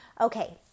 Okay